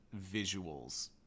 visuals